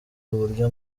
uburyo